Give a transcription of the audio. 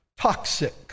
toxic